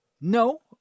No